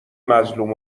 مظلوم